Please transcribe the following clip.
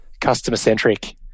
Customer-centric